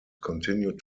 continued